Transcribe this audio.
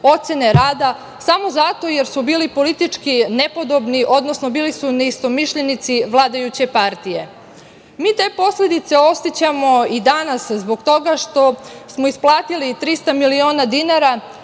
ocene rada samo zato jer su bili politički nepodobni, odnosno bili su neistomišljenici vladajuće partije. Te posledice osećamo i danas zbog toga što smo isplatili 300 miliona dinara